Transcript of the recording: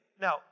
Now